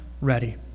ready